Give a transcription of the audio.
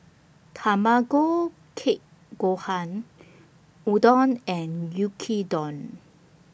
Tamago Kake Gohan Udon and Yuki Don